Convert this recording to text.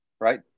right